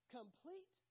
complete